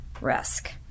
risk